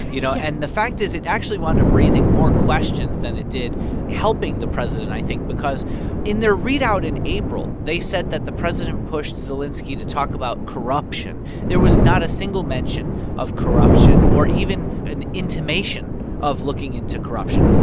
you know, and the fact is it actually wound up raising more questions than it did helping the president, i think, because in their readout in april, they said that the president pushed zelenskiy to talk about corruption there was not a single mention of corruption or even an intimation of looking into corruption.